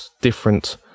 different